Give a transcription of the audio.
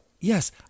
yes